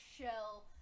shell